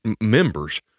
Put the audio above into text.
members